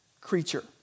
creature